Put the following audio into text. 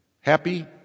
happy